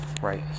right